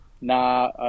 nah